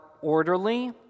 orderly